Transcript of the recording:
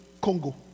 Congo